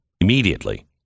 immediately